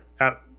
out